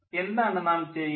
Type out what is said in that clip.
എന്താണ് നാം ചെയ്യുക